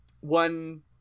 one